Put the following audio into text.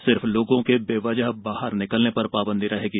सिर्फ लोगों के बेवजह बाहर निकलने पर पाबंदी रहेगी